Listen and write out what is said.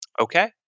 Okay